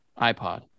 iPod